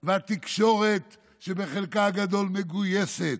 והתקשורת, שבחלקה הגדול מגויסת,